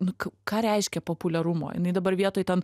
nu ką reiškia populiarumo jinai dabar vietoj ten